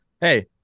hey